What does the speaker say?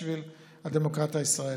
בשביל הדמוקרטיה הישראלית.